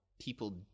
people